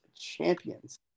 champions